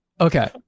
Okay